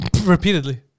Repeatedly